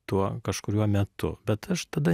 tuo kažkuriuo metu bet aš tada